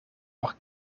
por